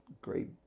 great